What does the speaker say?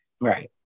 right